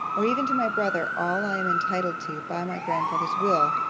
or even to my brother, all i am entitled to by my grandfather's will,